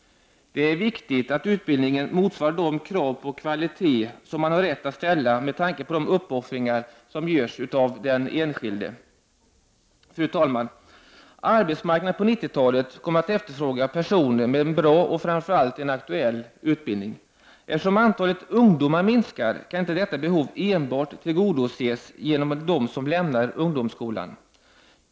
Det är viktigt att utbildningen motsvarar de krav på kvalitet som man har rätt att ställa med tanke på de uppoffringar som görs av den enskilde. Fru talman! Arbetsmarknaden på 90-talet kommer att efterfråga personer med en bra och framför allt en aktuell utbildning. Eftersom antalet ungdomar minskar kan inte detta behov tillgodoses enbart genom dem som lämnar ungdomsskolan.